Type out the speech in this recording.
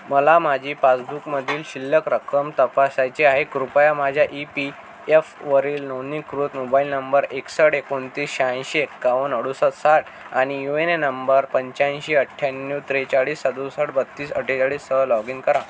मला माझी पासबुकमधील शिल्लक रक्कम तपासायची आहे कृपया माझ्या ई पी एफवरील नोंदणीकृत मोबाईल नंबर एकसष्ट एकोणतीस शहाऐंशी एकावन्न अडुसष्ट साठ आणि यू एन ए नंबर पंचाऐंशी अठ्ठ्याण्णव त्रेचाळीस सदुसष्ट बत्तीस अठ्ठेचाळीससह लॉग इन करा